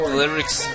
lyrics